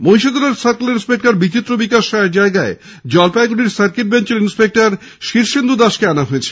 মহিষাদলের circle inspector Bichitra Bikash রায়ের জায়গায় Jalpaiguri circuit বেঞ্চের ইনস্পেক্টর শীর্ষেন্দু দাসকে আনা হয়েছে